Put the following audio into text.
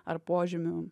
ar požymių